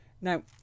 Now